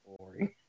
boring